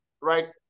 right